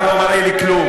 אתה לא מראה לי כלום.